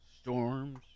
storms